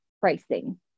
pricing